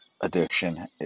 addiction